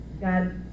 God